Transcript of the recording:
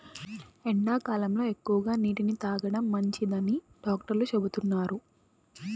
ఎండాకాలంలో ఎక్కువగా నీటిని తాగడం మంచిదని డాక్టర్లు చెబుతున్నారు